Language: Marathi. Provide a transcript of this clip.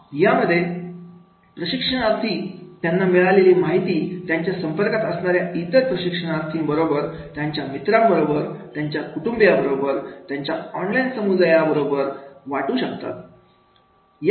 यामध्ये प्रशिक्षणार्थी त्यांना मिळालेली माहिती त्यांच्या संपर्कात असणाऱ्या इतर प्रशिक्षणार्थी बरोबर त्यांच्या मित्रांबरोबर त्यांच्या कुटुंबाबरोबर त्यांच्या ऑनलाईन समुदायात बरोबर वाटू शकतात